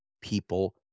people